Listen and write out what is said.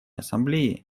ассамблеи